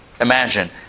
Imagine